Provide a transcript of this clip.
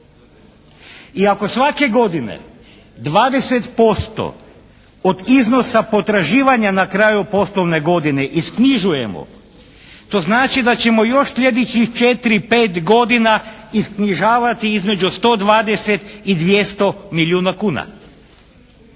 I ako svake godine 20% od iznosa potraživanja na kraju poslovne godine isknjižujemo to znači da ćemo još slijedećih četiri, pet godina isknjižavati između 120 i 200 milijuna kuna.